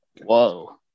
whoa